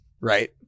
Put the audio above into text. right